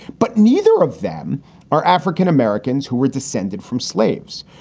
but neither of them are african-americans who were descended from slaves.